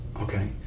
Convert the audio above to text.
okay